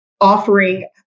offering